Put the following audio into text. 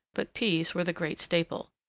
but peas were the great staple.